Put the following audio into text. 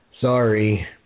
sorry